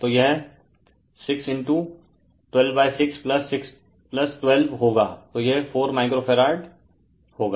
तो यह 6 126 12 होगा तो यह 4 माइक्रो फैराड होगा